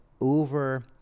over